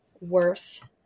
worth